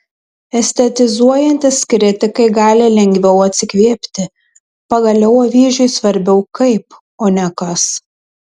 estetizuojantys kritikai gali lengviau atsikvėpti pagaliau avyžiui svarbiau kaip o ne kas